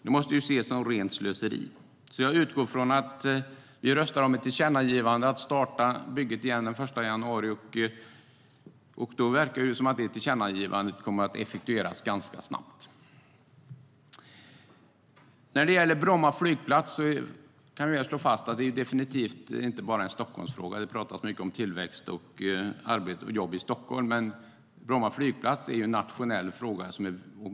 Det måste ju ses som rent slöseri. När det gäller Bromma flygplats kan vi slå fast att det definitivt inte är bara en Stockholmsfråga. Vi har pratat mycket om tillväxt och jobb i Stockholm, men Bromma flygplats är en nationell fråga.